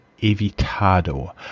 Evitado